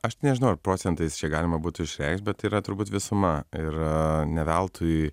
aš nežinau ar procentais čia galima būtų išreikšt bet tai yra turbūt visuma ir ne veltui